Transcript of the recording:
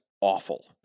awful